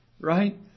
Right